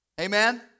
Amen